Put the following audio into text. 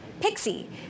Pixie